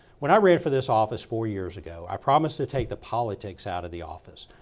when i ran for this office four years ago, i promised to take the politics out of the office.